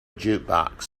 jukebox